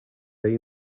day